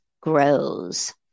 grows